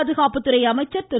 பாதுகாப்புத்துறை அமைச்சர் திரு